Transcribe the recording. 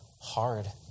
hard